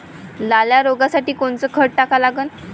लाल्या रोगासाठी कोनचं खत टाका लागन?